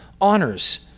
honors